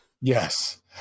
Yes